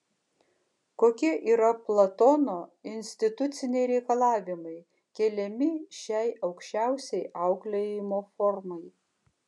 kokie yra platono instituciniai reikalavimai keliami šiai aukščiausiai auklėjimo formai